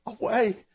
away